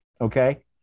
Okay